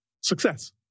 success